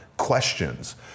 questions